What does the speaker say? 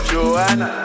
Joanna